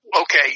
okay